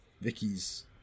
vicky's